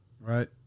right